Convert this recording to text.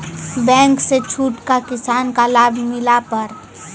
Bank से छूट का किसान का लाभ मिला पर?